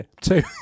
two